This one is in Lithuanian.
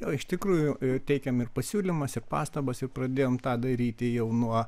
o iš tikrųjų teikiam ir pasiūlymus ir pastabas ir pradėjom tą daryti jau nuo